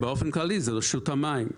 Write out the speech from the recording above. באופן כללי זה רשות המים.